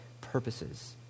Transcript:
purposes